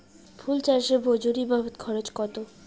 ফুল চাষে মজুরি বাবদ খরচ কত?